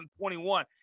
2021